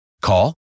Call